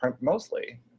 mostly